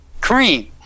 Cream